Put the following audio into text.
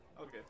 Okay